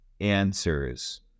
answers